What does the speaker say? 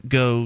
go